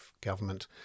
government